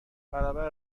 برابر